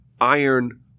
iron